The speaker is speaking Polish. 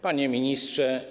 Panie Ministrze!